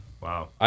Wow